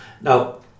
Now